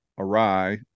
awry